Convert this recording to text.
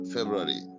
February